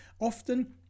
often